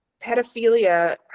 Pedophilia